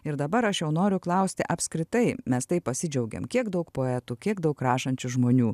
ir dabar aš jau noriu klausti apskritai mes taip pasidžiaugėm kiek daug poetų kiek daug rašančių žmonių